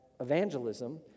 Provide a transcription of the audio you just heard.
evangelism